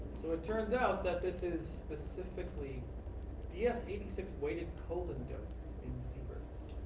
so it turns out that this is specifically ds eighty six weighted colon dose in sieverts.